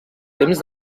temps